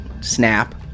snap